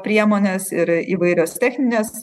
priemonės ir įvairios techninės